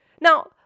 Now